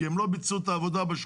כי הם לא ביצעו את העבודה בשכונות.